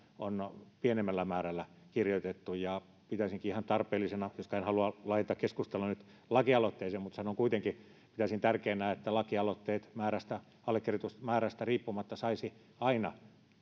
on pienemmällä määrällä kirjoitettu pitäisinkin ihan tarpeellisena joskaan en halua laajentaa keskustelua nyt lakialoitteeseen mutta sanon kuitenkin ja tärkeänä että lakialoitteet allekirjoitusmäärästä riippumatta saisivat aina